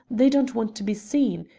they don't want to be seen.